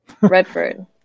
Redford